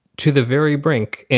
to the very brink.